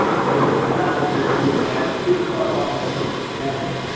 because what's going to happen is you're going to be a man clear cut on his purpose to handle.